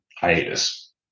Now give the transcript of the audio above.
hiatus